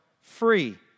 free